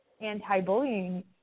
anti-bullying